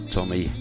Tommy